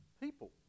people